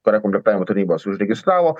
kare komplektavimo tarybos užregistravo